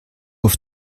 auf